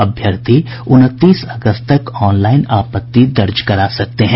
अभ्यर्थी उनतीस अगस्त तक ऑनलाईन आपत्ति दर्ज करा सकते हैं